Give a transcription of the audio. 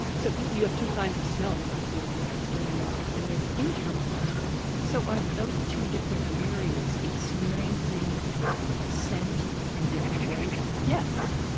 so you have two kinds of smelling that you do with your external nostrils and internal nostrils so are those two different areas experiencing scent in different ways? yes.